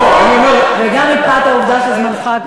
וגם מפאת העובדה שזמנך כבר תם.